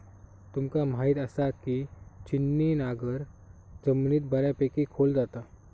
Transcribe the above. तुमका म्हायत आसा, की छिन्नी नांगर जमिनीत बऱ्यापैकी खोल जाता